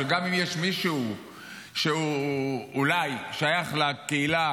שגם אם יש מישהו שאולי שייך לקהילה,